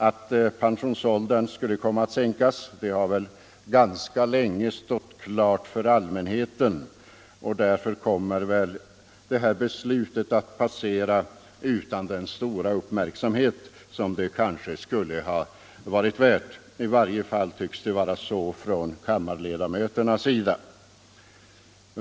Att pensionsåldern skulle komma att sänkas har ganska länge stått klart för allmänheten, och därför kommer väl det här beslutet att passera utan den stora uppmärksamhet som det kanske skulle ha varit värt — i varje fall tycks det gälla kammarledamöterna.